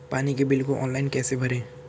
पानी के बिल को ऑनलाइन कैसे भरें?